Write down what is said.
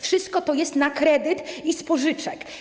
Wszystko to jest na kredyt i z pożyczek.